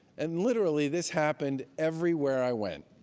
and literally, this happened everywhere i went,